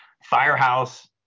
firehouse